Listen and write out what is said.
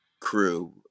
crew